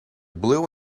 blue